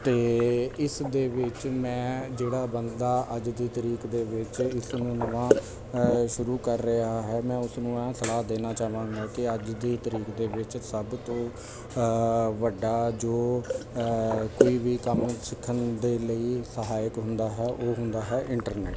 ਅਤੇ ਇਸ ਦੇ ਵਿੱਚ ਮੈਂ ਜਿਹੜਾ ਬੰਦਾ ਅੱਜ ਦੀ ਤਰੀਕ ਦੇ ਵਿੱਚ ਇਸ ਨੂੰ ਨਵਾਂ ਸ਼ੁਰੂ ਕਰ ਰਿਹਾ ਹੈ ਮੈਂ ਉਸਨੂੰ ਇਹ ਸਲਾਹ ਦੇਣਾ ਚਾਹਾਂਗਾ ਕਿ ਅੱਜ ਦੀ ਤਰੀਕ ਦੇ ਵਿੱਚ ਸਭ ਤੋਂ ਵੱਡਾ ਜੋ ਕੋਈ ਵੀ ਕੰਮ ਸਿੱਖਣ ਦੇ ਲਈ ਸਹਾਇਕ ਹੁੰਦਾ ਹੈ ਉਹ ਹੁੰਦਾ ਹੈ ਇੰਟਰਨੈਟ